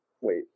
wait